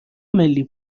ملی